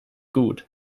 gut